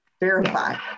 Verify